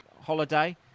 holiday